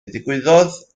ddigwyddodd